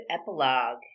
epilogue